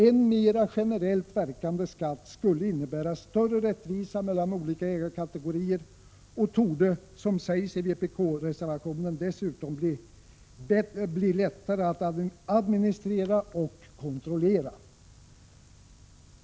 En mera generellt verkande skatt skulle innebära större rättvisa mellan olika ägarkategorier och torde, som sägs i vpk-reservationen, dessutom bli lättare att administrera och kontrollera.